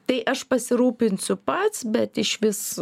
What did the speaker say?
tai aš pasirūpinsiu pats bet išvis